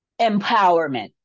empowerment